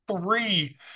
three